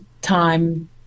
time